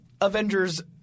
Avengers